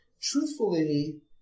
truthfully